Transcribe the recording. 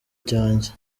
cyanjye